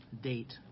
date